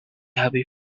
happy